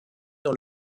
dans